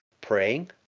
praying